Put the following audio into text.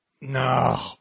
No